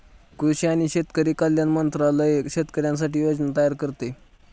कृषी आणि शेतकरी कल्याण मंत्रालय शेतकऱ्यांसाठी योजना तयार करते